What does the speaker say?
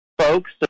folks